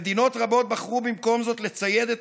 במדינות רבות בחרו במקום זאת לצייד את